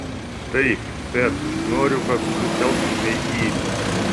taip bet noriu kad susitelktumei į